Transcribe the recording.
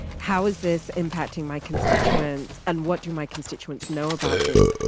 how is this impacting my constituents and what do my constituents know about this?